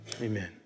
Amen